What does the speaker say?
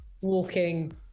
walking